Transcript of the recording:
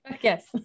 Yes